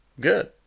Good